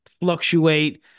fluctuate